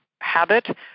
habit